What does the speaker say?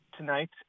tonight